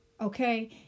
Okay